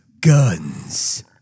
guns